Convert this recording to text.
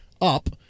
up